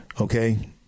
Okay